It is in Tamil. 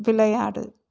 விளையாடு